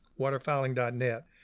waterfiling.net